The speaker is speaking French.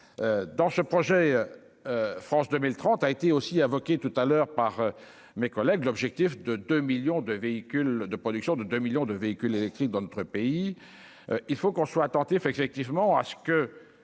dans ce projet, France 2030 a été aussi évoquée tout-à-l'heure par mes collègues, l'objectif de 2 millions de véhicules de production de 2 millions de véhicules électriques dans notre pays, il faut qu'on soit attentif effectivement à ce que